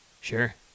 Sure